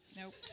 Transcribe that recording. Nope